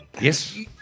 yes